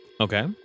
Okay